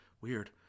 Weird